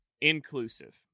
inclusive